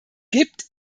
gibt